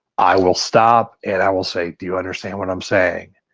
i will stop and i will say do you understand what i'm saying?